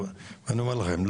אני אומר לכם,